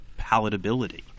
palatability